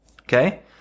Okay